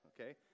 Okay